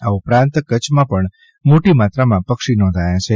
આ ઉપરાંત કચ્છમાં પણ મોટી માત્રામાં પક્ષી નોંધાયા છે